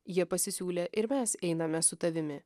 jie pasisiūlė ir mes einame su tavimi